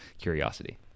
curiosity